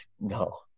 no